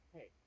Hey